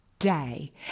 day